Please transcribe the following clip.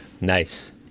Nice